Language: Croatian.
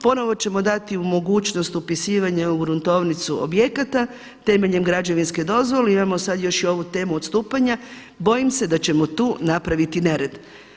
Ponovno ćemo dati u mogućnost upisivanje u gruntovnicu objekata, temeljem građevinske dozvole, imamo sada još i ovu temu odstupanja, bojim se da ćemo tu napraviti nered.